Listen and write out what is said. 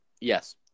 Yes